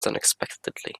unexpectedly